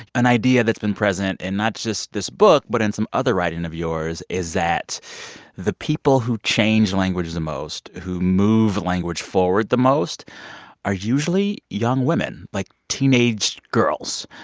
an idea that's been present in not just this book but in some other writing of yours is that the people who change language the most, who move language forward the most are usually young women, like teenaged girls.